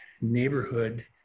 neighborhood